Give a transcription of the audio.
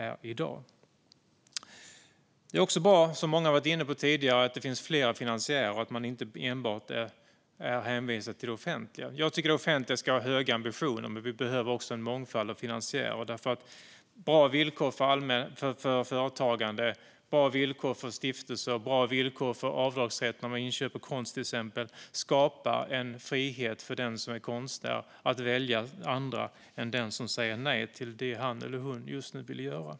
Som många har varit inne på tidigare är det också bra att det finns flera finansiärer så att man inte är hänvisad enbart till det offentliga. Jag tycker att det offentliga ska ha höga ambitioner, men vi behöver också en mångfald av finansiärer. Bra villkor för företagande, bra villkor för stiftelser och bra villkor gällande avdragsrätt vid inköp av till exempel konst skapar en frihet för den som är konstnär att välja andra än den som säger nej till det han eller hon just nu vill göra.